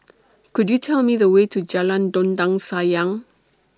Could YOU Tell Me The Way to Jalan Dondang Sayang